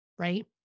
Right